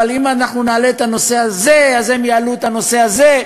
אבל אם אנחנו נעלה את הנושא הזה אז הם יעלו את הנושא הזה.